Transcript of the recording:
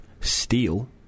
steel